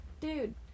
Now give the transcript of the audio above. dude